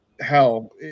hell